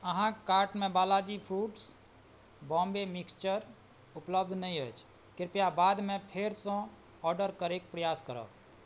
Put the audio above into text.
अहाँके कार्टमे Balaji foods Bombay mixture उपलब्ध नहि अछि कृपया बादमे फेरसे ऑडर करैके प्रयास करब